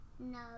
no